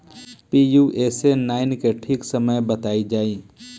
Pusa nine के ठीक समय बताई जाई?